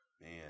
Man